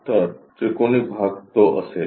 तर त्रिकोणी भाग तो असेल